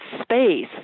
space